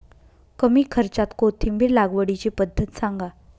कमी खर्च्यात कोथिंबिर लागवडीची पद्धत सांगा